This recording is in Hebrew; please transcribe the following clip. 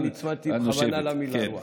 אני נצמדתי בכוונה למילה "רוח".